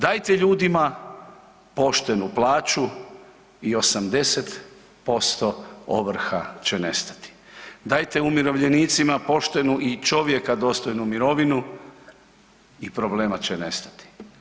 Dajte ljudima poštenu plaću i 80% ovrha će nestati, dajte umirovljenicima poštenu i čovjeka dostojnu mirovini i problema će nestati.